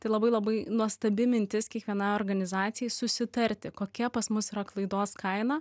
tai labai labai nuostabi mintis kiekvienai organizacijai susitarti kokia pas mus yra klaidos kaina